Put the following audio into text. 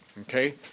Okay